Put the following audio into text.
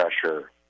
pressure